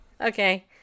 Okay